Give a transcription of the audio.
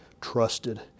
trusted